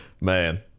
man